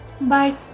Bye